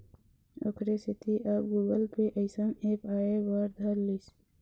ओखरे सेती अब गुगल पे अइसन ऐप आय बर धर लिस